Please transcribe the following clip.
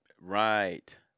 Right